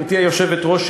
גברתי היושבת-ראש,